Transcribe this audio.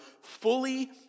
fully